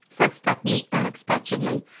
said stepney unexpectedly.